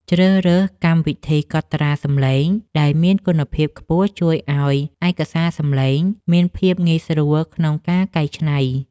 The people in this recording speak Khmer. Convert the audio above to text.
ជ្រើសរើសកម្មវិធីកត់ត្រាសំឡេងដែលមានគុណភាពខ្ពស់ជួយឱ្យឯកសារសំឡេងមានភាពងាយស្រួលក្នុងការកែច្នៃ។